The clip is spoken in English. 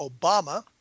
Obama